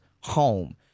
home